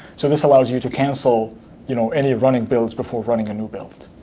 so this allows you to cancel you know any running builds before running a new build,